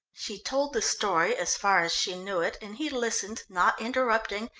she told the story as far as she knew it and he listened, not interrupting,